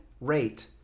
rate